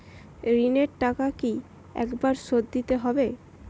ঋণের টাকা কি একবার শোধ দিতে হবে?